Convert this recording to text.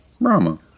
Rama